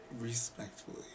respectfully